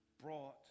brought